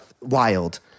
Wild